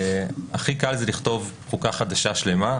הכי קל זה לכתוב חוקה חדשה שלמה,